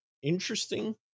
interesting